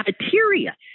cafeteria